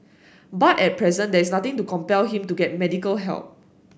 but at present there is nothing to compel him to get medical help